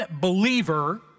believer